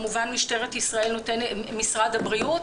משרד הבריאות,